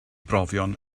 brofion